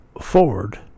forward